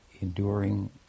enduring